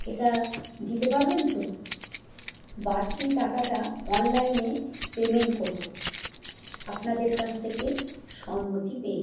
এটা দিতে পারবেন তো বাড়তি টাকাটা অনলাইনে পেমেন্ট করব আপনাদের কাছ থেকে সম্মতি পেয়ে